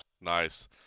Nice